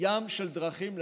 ים של דרכים לסייע.